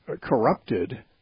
corrupted